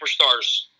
superstars